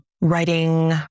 writing